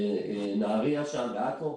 בנהריה שם, בעכו.